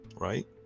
right